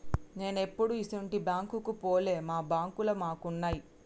నేనెప్పుడూ ఇసుంటి బాంకుకు పోలే, మా బాంకులు మాకున్నయ్